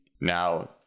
now